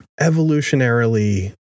evolutionarily